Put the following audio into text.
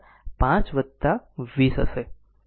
તેથી તે 5 205 20 હશે